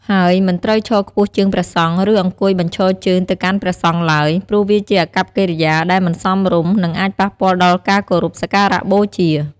ហើយមិនត្រូវឈរខ្ពស់ជាងព្រះសង្ឃ ឬអង្គុយបញ្ឈរជើងទៅកាន់ព្រះសង្ឃឡើយ ព្រោះវាជាអាកប្បកិរិយាដែលមិនសមរម្យ និងអាចប៉ះពាល់ដល់ការគោរពសក្ការបូជា។